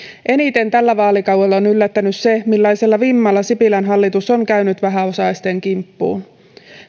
eniten tällä vaalikaudella on yllättänyt se millaisella vimmalla sipilän hallitus on käynyt vähäosaisten kimppuun